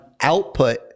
output